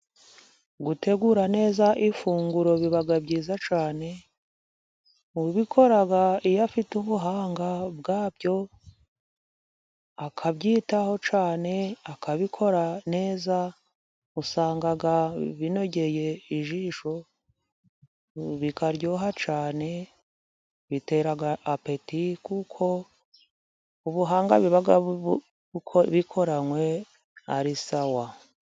Gutegura neza ifunguro biba byiza cyane, ubikora iyo afite ubuhanga bwabyo, akabyitaho cyane akabikora neza, usanga binogeye ijisho, bikaryoha cyane, bitera apeti kuko ubuhanga biba bikoranywe ari sawa.